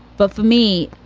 but for me,